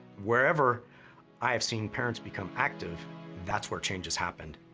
wherever i have seen parents become active that's where change has happened.